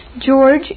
George